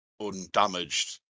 undamaged